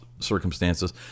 circumstances